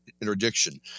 interdiction